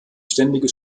ständige